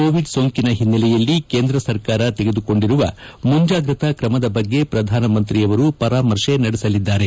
Covid ಸೋಂಕಿನ ಹಿನ್ನೆಲೆಯಲ್ಲಿ ಕೇಂದ್ರ ಸರ್ಕಾರ ತೆಗೆದುಕೊಂಡಿರುವ ಮುಂಜಾಗ್ರತಾ ಕ್ರಮದ ಬಗ್ಗೆ ಪ್ರಧಾನಮಂತ್ರಿಯವರು ಪರಾಮರ್ಶೆ ನಡೆಸಲಿದ್ದಾರೆ